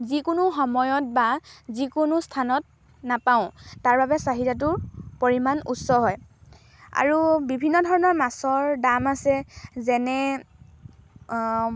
যিকোনো সময়ত বা যিকোনো স্থানত নাপাওঁ তাৰ বাবে চাহিদাটোৰ পৰিমাণ উচ্চ হয় আৰু বিভিন্ন ধৰণৰ মাছৰ দাম আছে যেনে